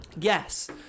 Yes